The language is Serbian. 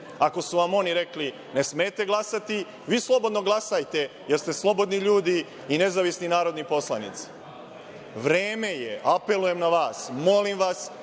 Ako su vam oni rekli – ne smete glasati, vi slobodno glasajte, jer ste slobodni ljudi i nezavisni narodni poslanici. Vreme je, apelujem na vas, molim vas